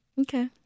Okay